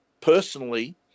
Personally